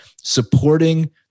supporting